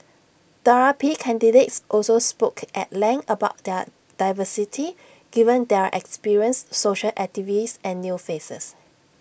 the R P candidates also spoke at length about their diversity given there are experienced social activists and new faces